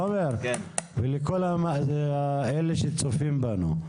תומר, ולכל הצופים בנו.